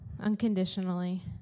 unconditionally